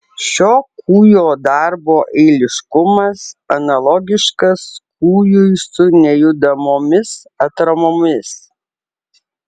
šio kūjo darbo eiliškumas analogiškas kūjui su nejudamomis atramomis